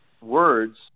words